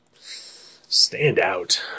Standout